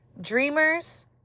dreamers